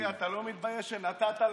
תגיד לי, אתה לא מתבייש שנתת לווקף,